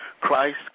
Christ